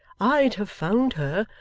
i'd have found her.